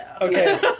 Okay